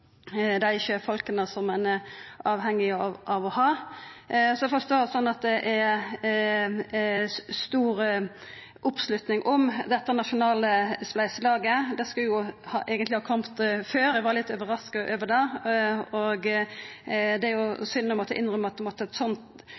dei sjøfolka ein er avhengig av å ha, er det stor oppslutning om. Dette nasjonale spleiselaget skulle eigentleg ha kome før, eg var litt overraska over det. Det er synd å måtta innrømma at det måtte eit sånt spleiselag til for at